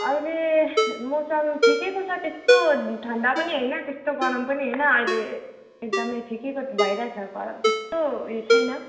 अहिले मौसम ठिकैको छ त्यस्तो ठन्डा पनि होइन त्यस्तो गरम पनि होइन अहिले एकदमै ठिकैको भइरहेछ गरम त्यस्तो उयो छैन